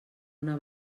una